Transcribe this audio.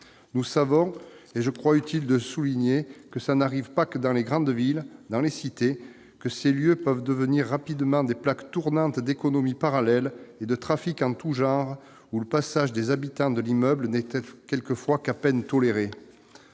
Nous savons- et, je crois utile de le souligner, ceci n'arrive pas que dans les grandes villes et dans les cités -que ces lieux peuvent devenir rapidement des plaques tournantes d'économie parallèle et de trafics en tout genre, où le passage des habitants de l'immeuble n'est parfois qu'à peine toléré.